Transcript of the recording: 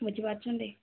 ବୁଝି ପାରୁଛନ୍ତି